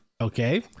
Okay